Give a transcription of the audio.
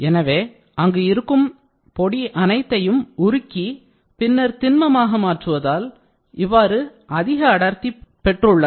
எனவே அங்கு இருக்கும் பொடி அனைத்தும் உருகி பின்னர் திண்மம் ஆக மாறுவதால் இவ்வாறு அதிக அடர்த்தி பெற்றுள்ளன